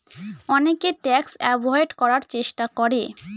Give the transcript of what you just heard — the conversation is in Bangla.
অনেকে ট্যাক্স এভোয়েড করার চেষ্টা করে